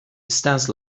استنس